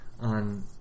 on